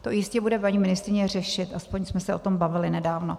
To jistě bude paní ministryně řešit, aspoň jsme se o tom bavili nedávno.